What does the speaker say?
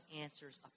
answers